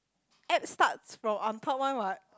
ab starts from on top one what